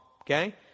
Okay